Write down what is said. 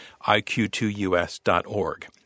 iq2us.org